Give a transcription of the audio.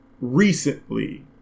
recently